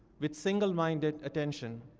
with single-minded attention.